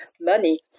money